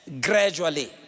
gradually